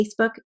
Facebook